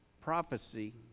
prophecy